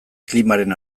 klimaren